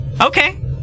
okay